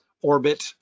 orbit